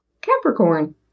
Capricorn